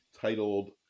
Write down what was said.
Titled